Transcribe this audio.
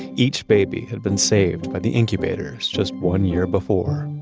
each baby had been saved by the incubator just one year before